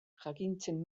jakintzen